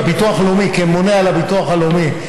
כממונה על הביטוח הלאומי,